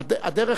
אנחנו מבינים,